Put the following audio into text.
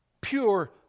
Pure